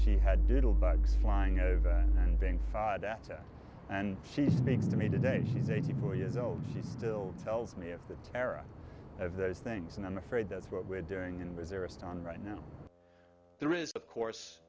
she had doodlebugs flying over and she speaks to me today and she's eighty four years old she still tells me of the terror of those things and i'm afraid that's what we're doing and reservist on right now there is of course